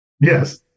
Yes